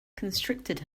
constricted